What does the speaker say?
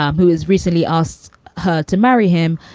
um who has recently asked her to marry him.